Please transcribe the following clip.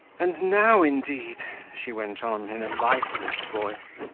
and now indeed she went on in a lifeless voice,